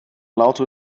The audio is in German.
laute